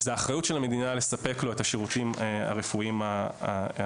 זו האחריות של המדינה לספק לו את השירותים הרפואיים הבסיסיים.